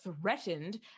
threatened